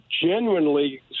genuinely